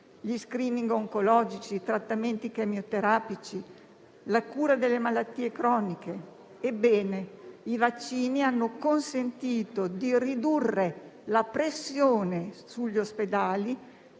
gli *screening* oncologici, i trattamenti chemioterapici, la cura delle malattie croniche. Ebbene, i vaccini hanno consentito di ridurre la pressione sugli ospedali